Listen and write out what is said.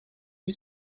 you